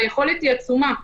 והיכולת היא עצומה.